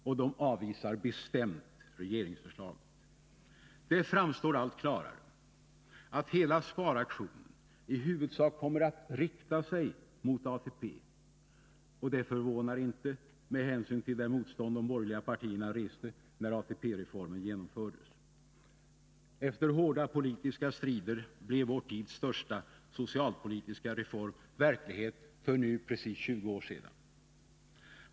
Och de avvisar bestämt regeringsförslaget. Det framstår allt klarare att hela sparaktionen i huvudsak kommer att rikta sig mot ATP. Och det förvånar inte med hänsyn till det motstånd de borgerliga partierna reste när ATP-reformen genomfördes. Efter hårda politiska strider blev vår tids största socialpolitiska reform verklighet för 20 år sedan.